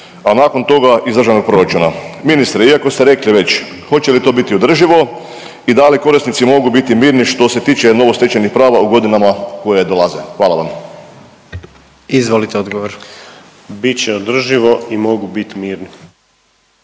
a nakon toga iz državnog proračuna. Ministre, iako ste rekli već, hoće li to biti održivo i da li korisnici mogu biti mirni što se tiče novostečenih prava u godinama koje dolaze? Hvala vam. **Jandroković, Gordan (HDZ)** Izvolite